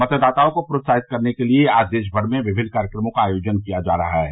मतदाताओं को प्रोत्साहित करने के लिए आज देश भर में विभिन्न कार्यक्रमों का आयोजन किया जा रहा है